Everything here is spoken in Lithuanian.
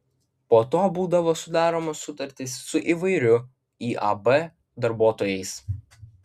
po to būdavo sudaromos sutartys su įvairių iab darbuotojais